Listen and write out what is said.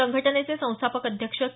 संघटनेचे संस्थापक अध्यक्ष के